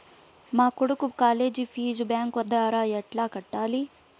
మా కొడుకు college fees bank ద్వారా ఎలా కట్టాలి?